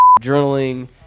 journaling